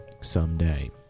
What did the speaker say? someday